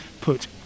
put